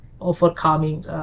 overcoming